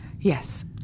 Yes